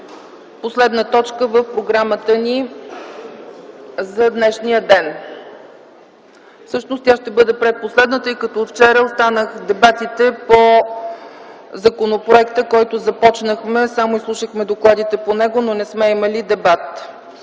предпоследна точка в програмата ни за днешния ден, тъй като от вчера останаха дебатите по законопроекта, който започнахме. Само изслушахме докладите по него, но не сме имали дебат.